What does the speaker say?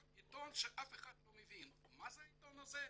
עיתון שאף אחד לא מבין מה זה העיתון הזה,